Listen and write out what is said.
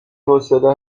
حوصله